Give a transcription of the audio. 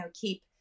keep